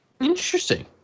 Interesting